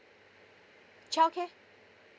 child care